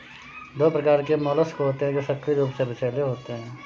दो प्रकार के मोलस्क होते हैं जो सक्रिय रूप से विषैले होते हैं